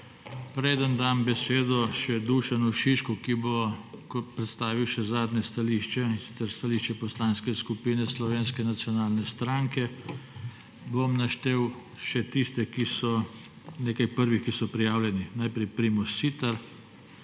Preden dam besedo še Dušanu Šiško, ki bo predstavil še zadnje stališče, in sicer stališče Poslanske skupine Slovenske nacionalne stranke, bom naštel še nekaj tistih prvih, ki so prijavljeni. Najprej Primože Siter,